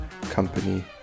company